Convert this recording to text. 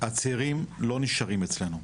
הצעירים לא נשארים אצלנו.